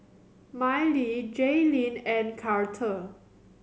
Miley Jailene and Karter